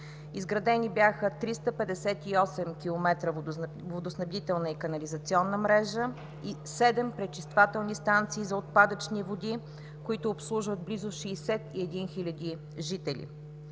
Изградени бяха 358 км водоснабдителна и канализационна мрежа и седем пречиствателни станции за отпадъчни води, които обслужват близо 61 хиляди жители.